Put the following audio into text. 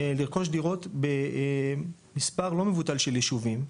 לרכוש דירות במספר לא מבוטל של יישובים,